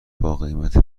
باقیمت